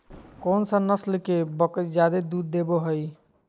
कौन सा नस्ल के बकरी जादे दूध देबो हइ?